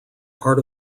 part